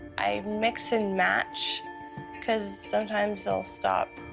i mix and match cause sometimes they'll stop.